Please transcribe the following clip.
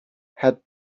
had